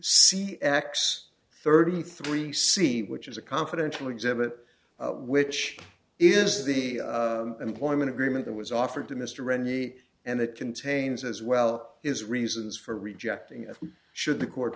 see x thirty three c which is a confidential exhibit which is the employment agreement that was offered to mr rennie and it contains as well his reasons for rejecting it should the court